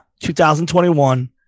2021